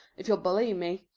if you'll believe me,